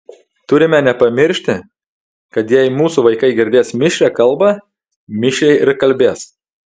turime nepamiršti kad jei mūsų vaikai girdės mišrią kalbą mišriai ir kalbės